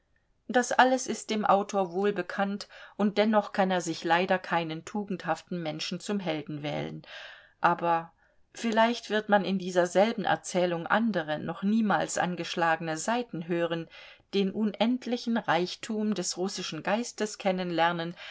das alles ist dem autor wohl bekannt und dennoch kann er sich leider keinen tugendhaften menschen zum helden wählen aber vielleicht wird man in dieser selben erzählung andere noch niemals angeschlagene saiten hören den unendlichen reichtum des russischen geistes